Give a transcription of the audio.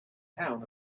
town